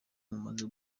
mumaze